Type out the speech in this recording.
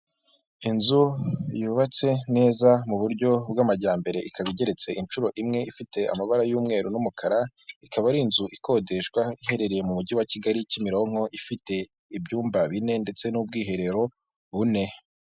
Inzu yubatse neza mu buryo bw'amajyambere ikaba igeretse inshuro imwe, ifite amabara y'umweru n'umukara, ikaba ari inzu ikodeshwa iherereye mu mujyi wa Kigali Kimironko, ifite ibyumba bine ndetse n'ubwiherero bune.